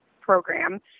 program